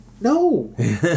no